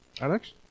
Alex